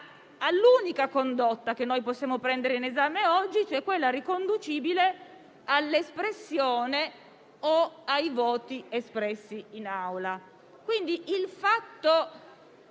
all'unica condotta che noi possiamo prendere in esame oggi, che è quella riconducibile ai voti espressi in Aula.